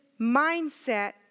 mindset